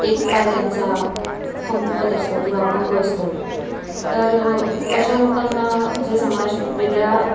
एक पाय त्यांचा कमकुवत असतो किंवा अपंग असतो तर अशा लोकांना जे समाज वेगळा